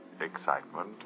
excitement